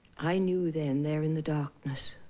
i knew then, there in the darkness